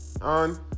on